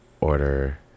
order